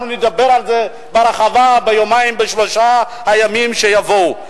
אנחנו נדבר על זה בהרחבה ביומיים או בשלושת הימים שיבואו.